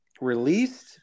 Released